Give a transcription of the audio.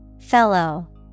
Fellow